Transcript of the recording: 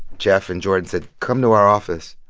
jeff and jordan said, come to our office.